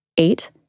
Eight